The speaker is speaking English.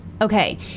Okay